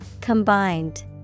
Combined